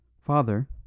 Father